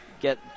get